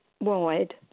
Wide